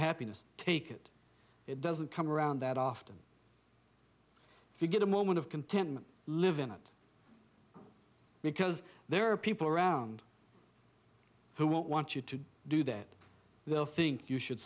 happiness take it it doesn't come around that often if you get a moment of contentment live in it because there are people around who won't want you to do that they'll think you should